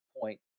point